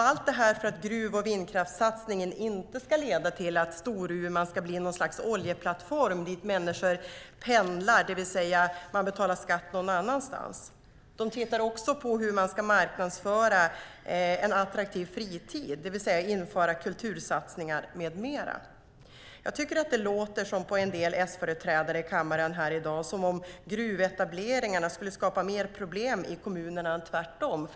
Allt detta gör man för att gruv och vindkraftssatsningen inte ska leda till att Storuman ska bli något slags oljeplattform dit människor pendlar och att de betalar skatt någon annanstans. Man tittar också på hur man ska marknadsföra en attraktiv fritid, införa kultursatsningar med mera. Det låter på en del S-företrädare i kammaren här i dag som att gruvetableringarna skulle skapa mer problem i kommunerna än tvärtom.